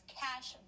cash